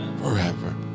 forever